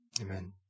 Amen